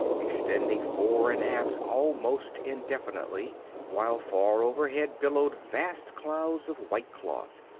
extending fore and aft almost indefinitely while far overhead billowed vast clouds of white cloth.